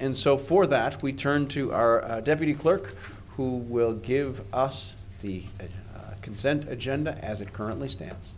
and so for that we turn to our deputy clerk who will give us the consent agenda as it currently stands